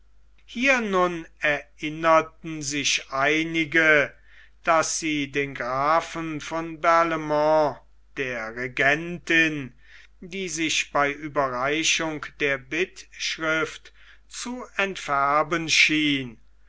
hier nun erinnerten sich einige daß sie den grafen von barlaimont der regentin die sich bei ueberreichung der bittschrift zu entfärben schien